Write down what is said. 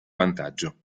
vantaggio